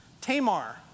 Tamar